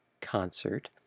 concert